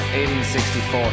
1864